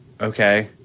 okay